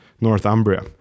Northumbria